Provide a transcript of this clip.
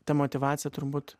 ta motyvacija turbūt